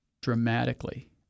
dramatically